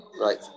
Right